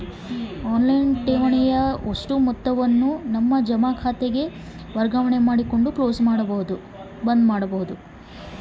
On line ಠೇವಣಿ ಬಂದ್ ಮಾಡೋದು ಹೆಂಗೆ?